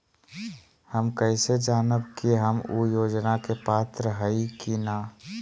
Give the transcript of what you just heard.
हम कैसे जानब की हम ऊ योजना के पात्र हई की न?